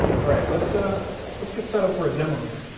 all right, let's ah let's get set up for a demo here.